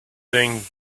thing